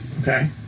Okay